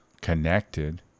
connected